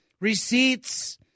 receipts